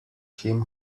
him